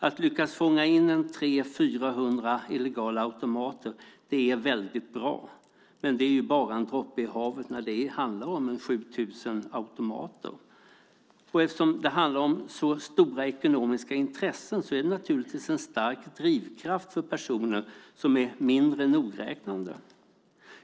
Att lyckas fånga in 300-400 är bara en droppe i havet när det handlar om 7 000 automater. Och eftersom det handlar om så stora ekonomiska intressen är det naturligtvis en stark drivkraft för personer som är mindre nogräknade.